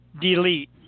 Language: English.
delete